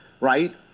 right